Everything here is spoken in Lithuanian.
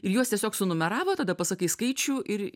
ir juos tiesiog sunumeravo tada pasakai skaičių ir